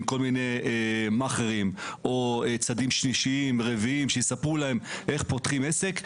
כל מיני מאכערים או צדדים שלישיים ורביעיים שיספרו להם איך פותחים עסק.